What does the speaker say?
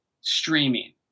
streaming